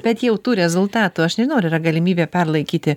bet jau tų rezultatų aš nežinau ar yra galimybė perlaikyti